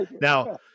Now